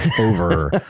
over